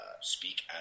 speak